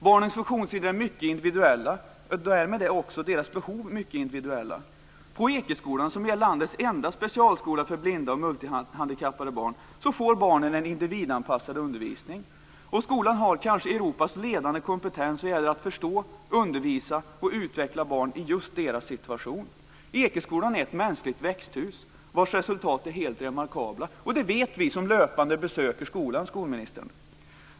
Barnens funktionshinder är mycket individuella, och därmed är också deras behov mycket individuella. På Ekeskolan, som är landets enda specialskola för blinda och multihandikappade barn, får barnen en individanpassad undervisning. Skolan har kanske Europas ledande kompetens när det gäller att förstå, undervisa och utveckla barn i just deras situation. Ekeskolan är ett mänskligt växthus, vars resultat är helt remarkabla. Det vet vi som löpande besöker skolan, skolministern.